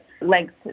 length